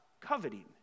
coveting